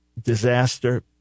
disaster